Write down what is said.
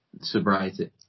sobriety